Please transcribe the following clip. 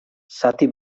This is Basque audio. zati